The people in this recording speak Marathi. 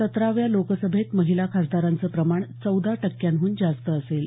सतराव्या लोकसभेत महिला खासदारांचं प्रमाण चौदा टक्क्यांहन जास्ती असेल